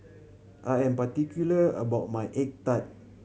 I am particular about my egg tart